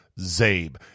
ZABE